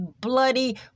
bloody